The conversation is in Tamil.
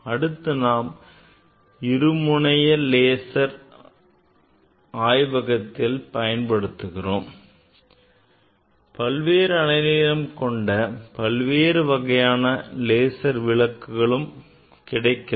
அடுத்து நாம் இருமுனைய லேசர்களையும் ஆய்வகத்தில் பயன்படுத்துகிறோம் பல்வேறு அலை நீளங்களை கொண்ட பல்வேறு வகையான லேசர் விளக்குகள் கிடைக்கிறது